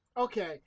Okay